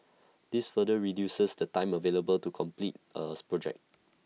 this further reduces the time available to complete A project